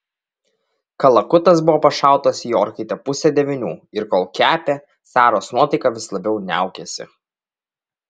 kalakutas buvo pašautas į orkaitę pusę devynių ir kol kepė saros nuotaika vis labiau niaukėsi